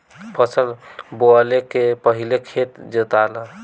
फसल बोवले के पहिले खेत जोताला